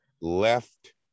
Left